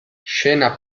scena